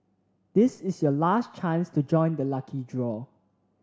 this is your last chance to join the lucky draw